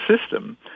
system